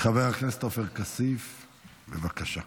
חבר הכנסת עופר כסיף, בבקשה.